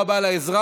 תודה רבה על העזרה,